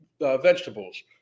vegetables